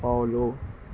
follow